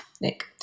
Nick